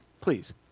please